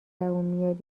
زبون